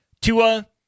Tua